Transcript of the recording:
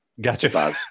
Gotcha